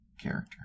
character